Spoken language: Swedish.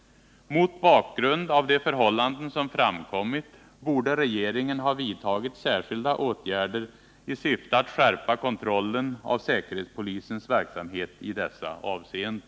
Mot bakgrund av de förhållanden som framkommit borde regeringen ha vidtagit särskilda åtgärder i syfte att skärpa kontrollen av säkerhetspolisens verksamhet i dessa avseenden.